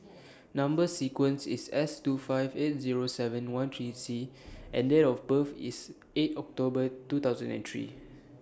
Number sequence IS S two five eight Zero seven one three C and Date of birth IS eight October two thousand and three